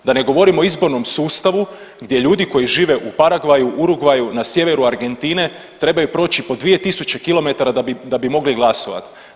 Da ne govorim o izbornom sustavu gdje ljudi koji žive u Paragvaju, Urugvaju, na sjeveru Argentine trebaju proći po 2.000 kilometara da bi mogli glasovati.